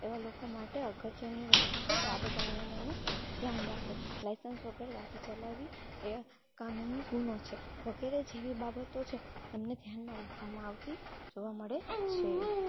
એવા લોકો માટે અગત્યની વસ્તુ છે કે આ બધા નિયમોનું ધ્યાન રાખે લાયસન્સ વગર ગાડી ચલાવવી એ કાનૂની ગુનો છે વગેરે જેવી બાબતો છે એમને ધ્યાનમાં રાખવામાં આવતી જોવા મળે છે